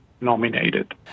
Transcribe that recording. nominated